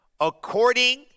According